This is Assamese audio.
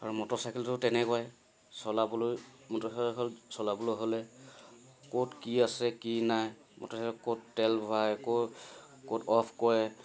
আৰু মটৰচাইকেলটো তেনেকুৱাই চলাবলৈ মটৰচাইকেলখন চলাবলৈ হ'লে ক'ত কি আছে কি নাই মটৰচাইকেল ক'ত তেল ভৰাই ক'ত ক'ত অ'ফ কৰে